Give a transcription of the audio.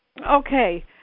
okay